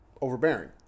overbearing